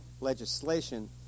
legislation